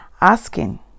asking